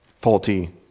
faulty